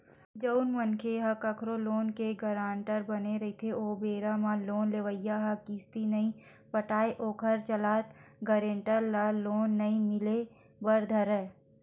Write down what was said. जउन मनखे ह कखरो लोन के गारंटर बने रहिथे ओ बेरा म लोन लेवइया ह किस्ती नइ पटाय ओखर चलत गारेंटर ल लोन नइ मिले बर धरय